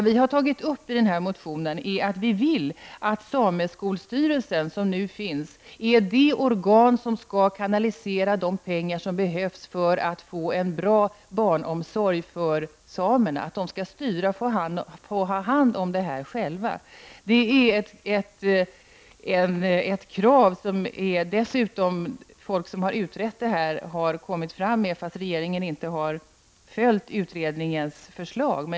Det vi har tagit upp i motionen är att vi vill att sameskolstyrelsen, som nu finns, skall vara det organ som skall kanalisera de pengar som behövs för att samerna skall få en bra barnomsorg. De skall själva ta hand om och styra detta. Detta är ett krav som människor som har utrett frågan har lagt fram, fastän regeringen inte har följt utredningens förslag.